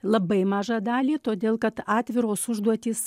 labai mažą dalį todėl kad atviros užduotys